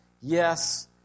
yes